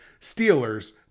Steelers